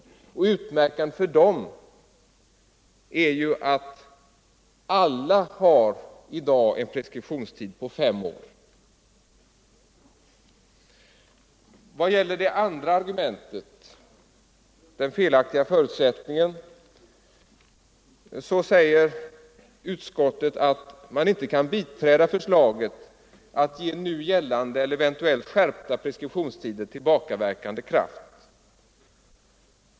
Utmärkande för dem är att alla har en preskriptionstid på fem år. Vad gäller det andra argumentet, den felaktiga förutsättningen, säger utskottet att man inte kan biträda förslaget att ”ge nu gällande eller eventuellt skärpta preskriptionsregler tillbakaverkande kraft”.